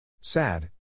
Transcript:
Sad